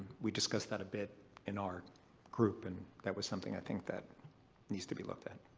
we discussed that a bit in our group and that was something i think that needs to be looked at.